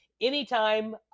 anytime